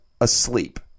asleep